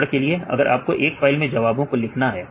उदाहरण के लिए अगर आपको एक फाइल में जवाबों को लिखना है